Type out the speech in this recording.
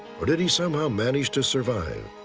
or did he somehow manage to survive?